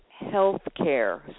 healthcare